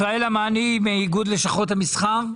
ישראלה מני מאיגוד לשכות המסחר,